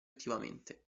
attivamente